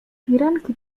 firanki